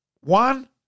one